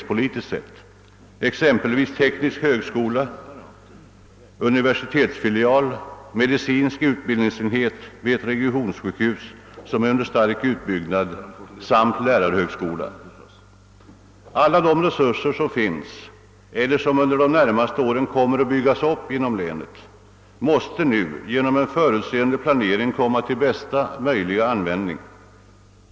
Som exempel kan jag nämna teknisk högskola, universitetsfilial, medicinsk utbildningsenhet, regionsjukhus under stark utbyggnad samt lärarhögskola. Alla de resurser som finns eller under de närmaste åren kommer att byggas upp inom länet måste, genom en förutseende planering, kunna användas på bästa möjliga sätt.